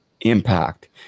impact